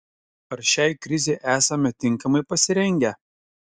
ar šiai krizei esame tinkamai pasirengę